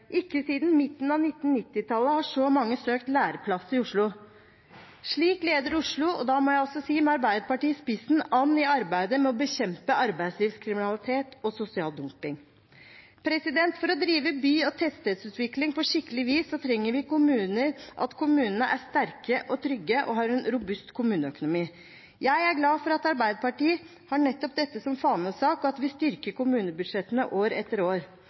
Ikke siden midten av 1990-tallet har så mange søkt læreplass i Oslo. Slik leder Oslo, med Arbeiderpartiet i spissen, an i arbeidet med å bekjempe arbeidslivskriminalitet og sosial dumping. For å drive by- og tettstedsutvikling på skikkelig vis trenger vi at kommunene er sterke og trygge og har en robust kommuneøkonomi. Jeg er glad for at Arbeiderpartiet har nettopp dette som fanesak, og at vi styrker kommunebudsjettene år etter år